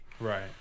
right